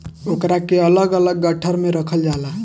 ओकरा के अलग अलग गट्ठर मे रखल जाला